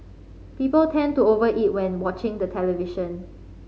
people tend to over eat when watching the television